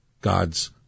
God's